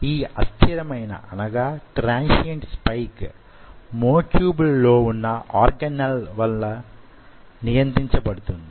ఈ అస్థిరమైన transient spike మ్యో ట్యూబ్ల లో వున్న ఆర్గనల్ వలన నియంత్రించబడుతుంది